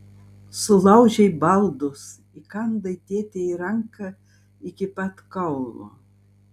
sulaužei baldus įkandai tėtei į ranką iki pat kaulo